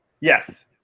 Yes